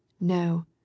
No